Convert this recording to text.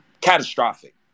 catastrophic